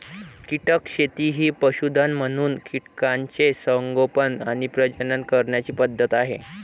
कीटक शेती ही पशुधन म्हणून कीटकांचे संगोपन आणि प्रजनन करण्याची पद्धत आहे